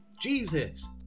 Jesus